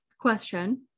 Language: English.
question